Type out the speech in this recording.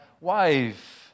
wife